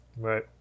Right